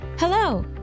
Hello